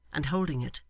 and holding it,